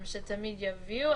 שתמיד יביאו,